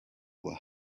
were